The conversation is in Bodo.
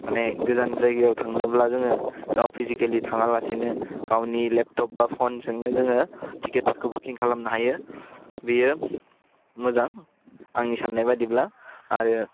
मानि गोजान जायगायाव थांनोब्ला जोङो गाव फिजिकेलि थाङालासिनो गावनि लेबथप बा फनजोंनो जोङो थिकिटफोरखौ बुकिं खालामनो हायो बेयो मोजां आंनि सान्नाय बादिब्ला आरो